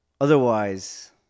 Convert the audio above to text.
Otherwise